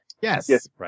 Yes